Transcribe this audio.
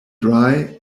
dry